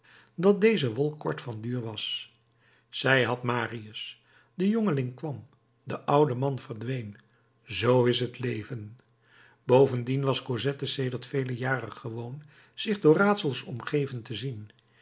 dat deze wolk kort van duur was zij had marius de jongeling kwam de oude man verdween z is het leven bovendien was cosette sedert vele jaren gewoon zich door raadsels omgeven te zien